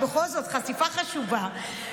בכל זאת חשיפה חשובה.